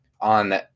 On